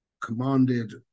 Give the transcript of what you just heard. commanded